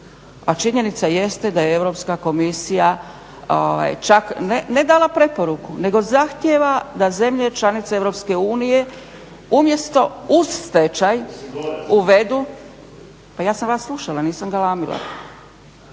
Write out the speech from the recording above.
A činjenica jeste da je Europska komisija čak ne dala preporuku nego zahtjeva da zemlje članice EU umjesto u stečaj uvedu, pa ja sam vas slušala nisam galamila,